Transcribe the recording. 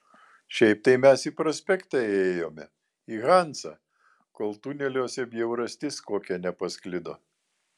šiaip tai mes į prospektą ėjome į hanzą kol tuneliuose bjaurastis kokia nepasklido